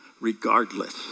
regardless